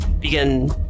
begin